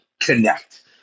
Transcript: connect